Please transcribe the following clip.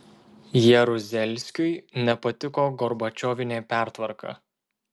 jaruzelskiui nepatiko gorbačiovinė pertvarka